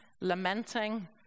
lamenting